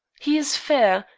he is fair,